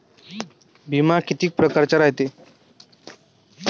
बिमा कितीक परकारचा रायते?